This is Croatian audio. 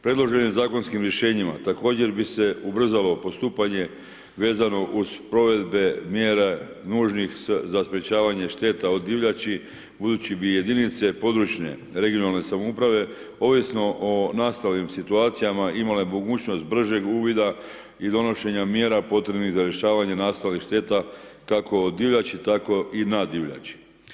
Predloženim zakonskim rješenjima također bi se ubrzalo postupanje vezano uz provedbe mjere nužnih za sprječavanje šteta od divljači budući bi jedinice područne (regionalne) samouprave ovisno o nastalim situacijama imale mogućnost bržeg uvoda i odnošenja mjera potrebnih za rješavanje nastalih šteta kako o divljači tako i na divljači.